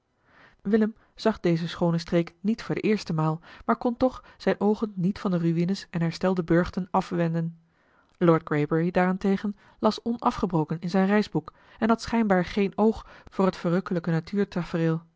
willem zag deze schoone streek niet voor de eerste maal maar kon toch zijne oogen niet van de ruïnes en herstelde burchten afwenden lord greybury daarentegen las onafgebroken in zijn reisboek en had schijnbaar geen oog voor het verrukkelijke